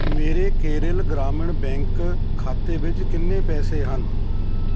ਮੇਰੇ ਕੇਰਲ ਗ੍ਰਾਮੀਣ ਬੈਂਕ ਖਾਤੇ ਵਿੱਚ ਕਿੰਨੇ ਪੈਸੇ ਹਨ